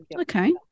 Okay